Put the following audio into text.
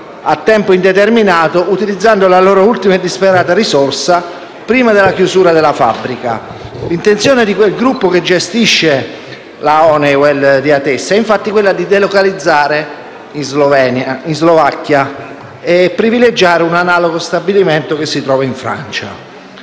a tempo indeterminato, utilizzando la loro ultima e disperata risorsa prima della chiusura della fabbrica. L'intenzione del gruppo che gestisce la Honeywell di Atessa è infatti quella di delocalizzare la produzione in Slovacchia, privilegiando un analogo stabilimento che si trova in Francia.